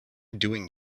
doing